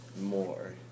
more